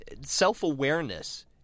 self-awareness